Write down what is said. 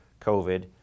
COVID